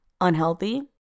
unhealthy